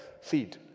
seed